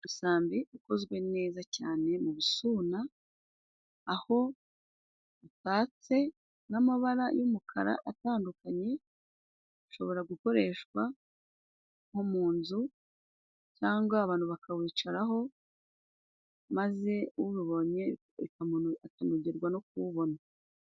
Umusambi ukozwe neza cyane mu busuna, aho utatse n'amabara y'umukara atandukanye. Ushobora gukoreshwa nko mu nzu cyangwa abantu bakawicaraho maze uwubonye akanogerwa no kuwubona.